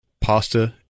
pasta